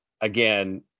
again